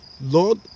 lord